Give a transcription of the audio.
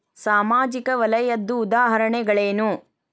ಸಾಮಾಜಿಕ ವಲಯದ್ದು ಉದಾಹರಣೆಗಳೇನು?